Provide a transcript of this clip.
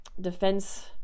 defense